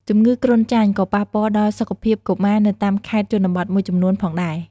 ជំងឺគ្រុនចាញ់ក៏ប៉ះពាល់ដល់សុខភាពកុមារនៅតាមខេត្តជនបទមួយចំនួនផងដែរ។